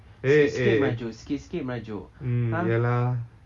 eh eh mm ya lah